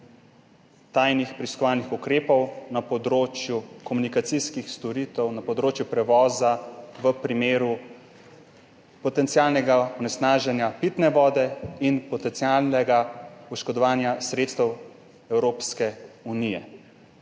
tajnih preiskovalnih ukrepov na področju komunikacijskih storitev, na področju prevoza v primeru potencialnega onesnaženja pitne vode in potencialnega oškodovanja sredstev Evropske unije.